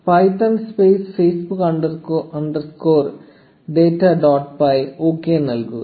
Python space Facebook underscore data dot py okay നൽകുക